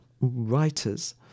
writers